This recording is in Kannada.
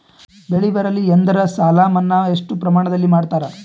ಬೆಳಿ ಬರಲ್ಲಿ ಎಂದರ ಸಾಲ ಮನ್ನಾ ಎಷ್ಟು ಪ್ರಮಾಣದಲ್ಲಿ ಮಾಡತಾರ?